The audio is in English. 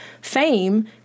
FAME